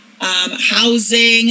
Housing